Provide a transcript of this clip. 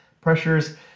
pressures